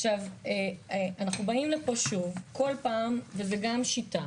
עכשיו, אנחנו באים לפה שוב כל פעם וזו גם שיטה